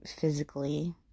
physically